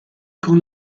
con